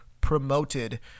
promoted